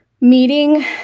meeting